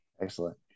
Excellent